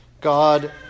God